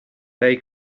they